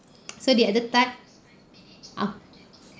so the other types uh